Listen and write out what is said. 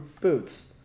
boots